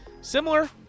Similar